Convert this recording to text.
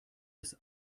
bis